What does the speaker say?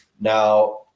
Now